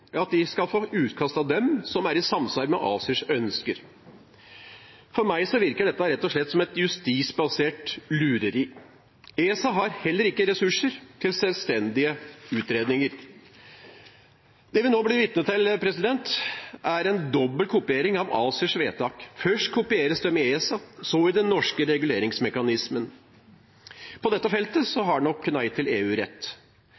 ACER. De skal få utkast som er i samsvar med ACERs ønsker, fra dem. For meg virker dette rett og slett som et justisbasert lureri. ESA har heller ikke ressurser til selvstendige utredninger. Det vi nå blir vitne til, er en dobbel kopiering av ACERs vedtak. Først kopieres de i ESA, så i den norske reguleringsmekanismen. På dette feltet